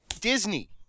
Disney